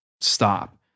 stop